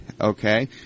okay